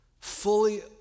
fully